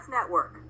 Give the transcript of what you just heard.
Network